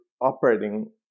operating